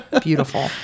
Beautiful